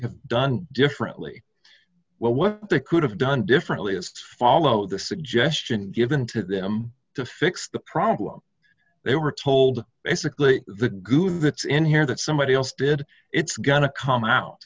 have done differently well what they could have done differently is follow the suggestion given to them to fix the problem they were told basically the glue that's in here that somebody else did it's gonna come out